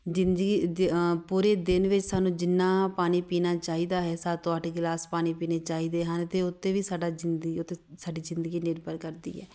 ਜ਼ਿੰਦਗੀ ਦੀ ਪੂਰੇ ਦਿਨ ਵਿੱਚ ਸਾਨੂੰ ਜਿੰਨਾ ਪਾਣੀ ਪੀਣਾ ਚਾਹੀਦਾ ਹੈ ਸੱਤ ਤੋਂ ਅੱਠ ਗਿਲਾਸ ਪਾਣੀ ਪੀਣੇ ਚਾਹੀਦੇ ਹਨ ਅਤੇ ਉਹ 'ਤੇ ਵੀ ਸਾਡਾ ਜ਼ਿੰਦਗੀ ਉਹ 'ਤੇ ਸਾਡੀ ਜ਼ਿੰਦਗੀ ਨਿਰਭਰ ਕਰਦੀ ਹੈ